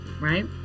right